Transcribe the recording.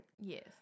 yes